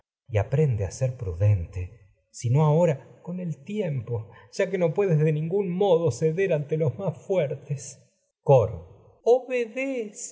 imaginado aprende a ser prudente si no ahora do con el tiempo ya que no los puedes de ningún mo ceder ante más fuertes coro car obedece